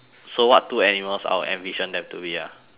so what two animals I would envision them to be ah